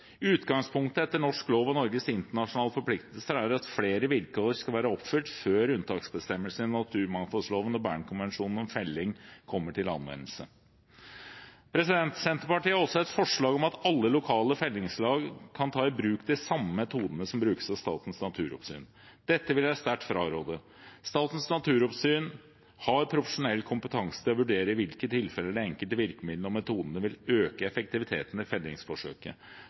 Utgangspunktet etter norsk lov og Norges internasjonale forpliktelser er at flere vilkår skal være oppfylt før unntaksbestemmelsen i naturmangfoldloven og Bernkonvensjonen om felling kommer til anvendelse. Senterpartiet har også et forslag om at alle lokale fellingslag kan ta i bruk de samme metodene som brukes av Statens naturoppsyn. Dette vil jeg sterkt fraråde. Statens naturoppsyn har profesjonell kompetanse til å vurdere i hvilke tilfeller de enkelte virkemidlene og metodene vil øke effektiviteten i fellingsforsøket,